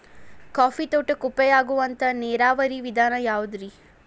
Coffee ತೋಟಕ್ಕ ಉಪಾಯ ಆಗುವಂತ ನೇರಾವರಿ ವಿಧಾನ ಯಾವುದ್ರೇ?